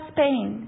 Spain